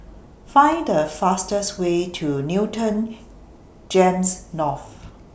Find The fastest Way to Newton Gems North